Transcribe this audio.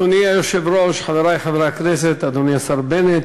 אדוני היושב-ראש, חברי חברי הכנסת, אדוני השר בנט,